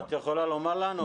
את יכולה לומר לנו?